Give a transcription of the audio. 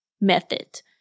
method